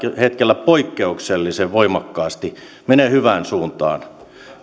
hetkellä poikkeuksellisen voimakkaasti menee hyvään suuntaan